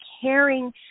caring